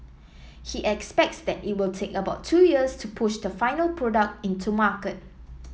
he expects that it will take about two years to push the final product into market